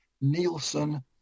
Nielsen